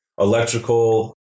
electrical